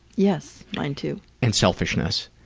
yes, mine too. and selfishness.